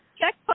Check